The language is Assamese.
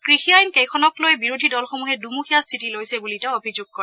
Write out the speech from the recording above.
কৃষি আইন কেইখনকলৈ বিৰোধী দলসমূহে দুমুখীয়া খ্থিতি লৈছে বুলি তেওঁ অভিযোগ কৰে